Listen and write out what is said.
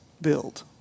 build